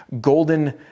golden